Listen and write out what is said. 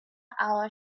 hour